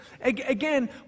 again